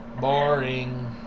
Boring